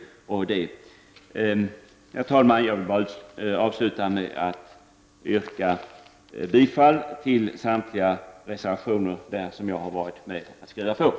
Herr talman! Jag vill avsluta med att yrka bifall till samtliga reservationer som jag har undertecknat.